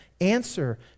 answer